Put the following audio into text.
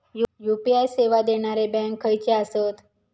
UPI सेवा देणारे bank खयचे आसत?